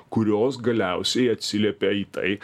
kurios galiausiai atsiliepia į tai